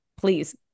please